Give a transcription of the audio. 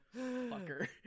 Fucker